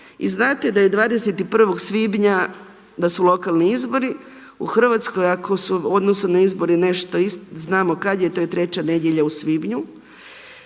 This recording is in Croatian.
i znate da je 21. svibnja da su lokalni izbori u Hrvatskoj, ako su u odnosu, znamo kad je to je 3 nedjelja u svibnju